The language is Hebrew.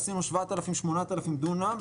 עשינו 7000-8000 דונם,